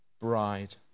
bride